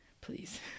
please